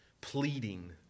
Pleading